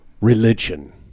religion